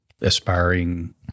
aspiring